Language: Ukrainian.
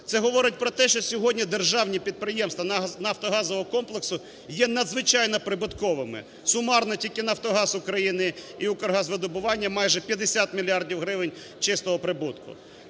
Це говорить про те, що сьогодні державні підприємства нафтогазового комплексу є надзвичайно прибутковими. Сумарно тільки "Нафтогаз України" і "Укргазвидобування" – майже 50 мільярдів гривень чистого прибутку.